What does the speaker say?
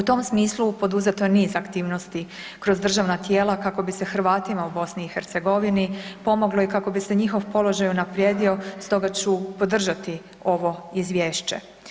U tom smislu poduzeto je niz aktivnosti kroz državna tijela kako bi se Hrvatima u Bosni i Hercegovini pomoglo i kako bi se njihov položaj unaprijedio, stoga ću podržati ovo Izvješće.